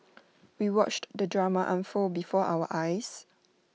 we watched the drama unfold before our eyes